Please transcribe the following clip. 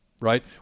right